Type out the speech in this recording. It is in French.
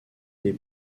des